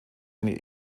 eine